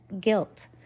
guilt